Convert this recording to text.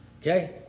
Okay